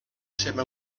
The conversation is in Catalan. seva